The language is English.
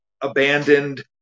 abandoned